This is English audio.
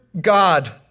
God